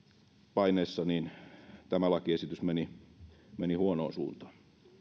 paineissa tämä lakiesitys meni meni huonoon suuntaan